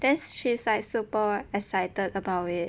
then she is like super excited about it